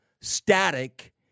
static